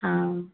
ആ